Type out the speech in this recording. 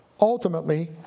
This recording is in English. Ultimately